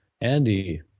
Andy